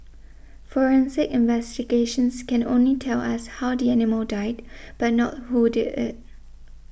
forensic investigations can only tell us how the animal died but not who did it